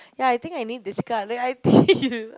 ya I think I need this card then I think